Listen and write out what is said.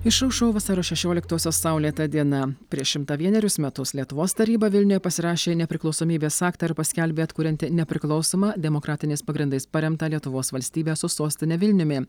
išaušo vasario šešioliktosios saulėta diena prieš šimtą vienerius metus lietuvos taryba vilniuje pasirašė nepriklausomybės aktą ir paskelbė atkurianti nepriklausomą demokratiniais pagrindais paremtą lietuvos valstybę su sostine vilniumi